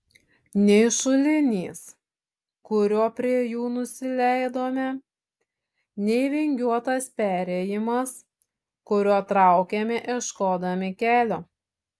nei šulinys kuriuo prie jų nusileidome nei vingiuotas perėjimas kuriuo traukėme ieškodami kelio